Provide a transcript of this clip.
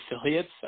affiliates